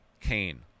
kane